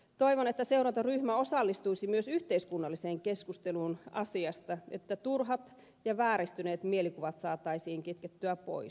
toivon että seurantaryhmä osallistuisi myös yhteiskunnalliseen keskusteluun asiasta jotta turhat ja vääristyneet mielikuvat saataisiin kitkettyä pois